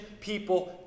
people